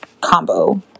combo